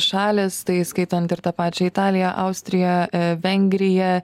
šalys tai įskaitant ir tą pačią italiją austriją vengriją